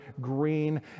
green